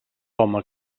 home